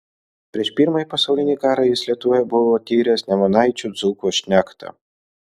prieš pirmąjį pasaulinį karą jis lietuvoje buvo tyręs nemunaičio dzūkų šnektą